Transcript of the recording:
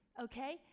Okay